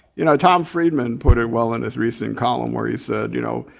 you know tom friedman put it well in his recent column where he said you know,